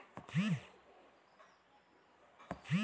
సామాజిక పథకం అసలు మనం ఎందుకు చేస్కోవాలే?